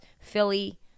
Philly